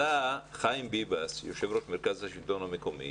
עלה חיים ביבס, יושב-ראש מרכז השלטון המקומי,